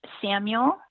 Samuel